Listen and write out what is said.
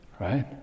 Right